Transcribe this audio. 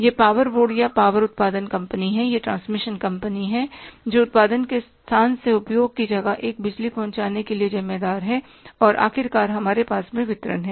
यह power board या power उत्पादन कंपनी है यह ट्रांसमिशन कंपनी है जो उत्पादन के स्थान से उपयोग की जगह तक बिजली पहुँचाने के लिए जिम्मेदार है और आखिरकार हमारे पास में वितरण है